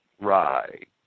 Right